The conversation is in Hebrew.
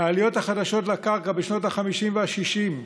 העליות החדשות לקרקע בשנות החמישים והשישים,